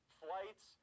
flights